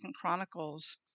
Chronicles